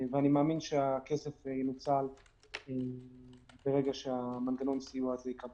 אני מאמין שהכסף ינוצל ברגע שמנגנון הסיוע הזה ייקבע.